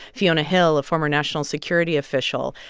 fiona hill, a former national security official,